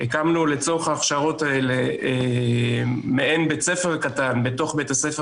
הקמנו לצורך ההכשרות האלה מעין בית ספר קטן בתוך בית הספר